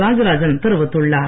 ராஜராஜன் தெரிவித்துள்ளார்